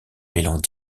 mêlant